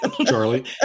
Charlie